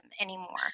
anymore